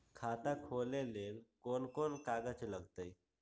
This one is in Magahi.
खाता खोले ले कौन कौन कागज लगतै?